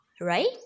Right